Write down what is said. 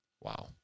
wow